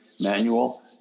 manual